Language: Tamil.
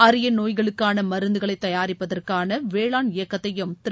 அரிய நோய்களுக்கான மருந்துகளை தயாரிப்பதற்கான வேளாண் இயக்கத்தையும் திரு